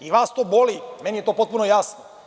I vas to boli, meni je to potpuno jasno.